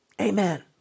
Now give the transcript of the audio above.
Amen